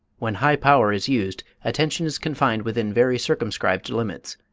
when high power is used attention is confined within very circumscribed limits,